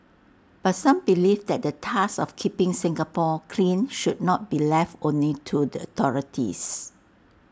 but some believe that the task of keeping Singapore clean should not be left only to the authorities